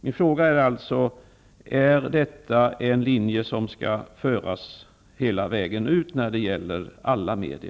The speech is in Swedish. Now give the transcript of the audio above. Min fråga är alltså: Är detta en linje som skall föras hela vägen ut när det gäller alla media?